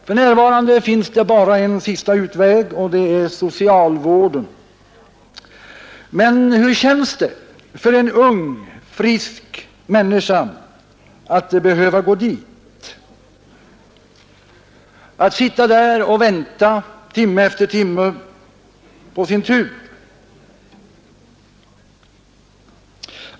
För närvarande finns det bara en sista utväg, nämligen socialvården. Men hur känns det för en ung frisk människa att behöva gå dit och att sitta där och vänta timme efter timme på sin tur?